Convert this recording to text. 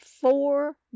four